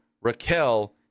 Raquel